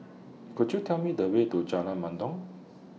Could YOU Tell Me The Way to Jalan Mendong